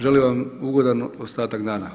Želim vam ugodan ostatak dana.